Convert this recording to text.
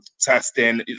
testing